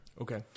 Okay